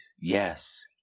Yes